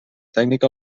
tècnica